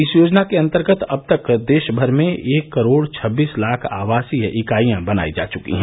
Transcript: इस योजना के अंतर्गत अब तक देशभर में एक करोड़ छब्बीस लाख आवासीय इकाइयां बनायी जा चुकी हैं